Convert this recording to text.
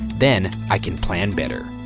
then i can plan better,